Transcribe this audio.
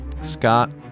Scott